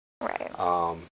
Right